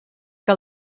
que